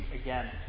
again